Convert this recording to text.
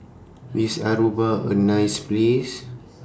IS Aruba A nice Place